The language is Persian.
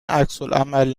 عکسالعمل